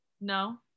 No